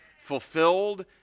fulfilled